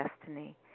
destiny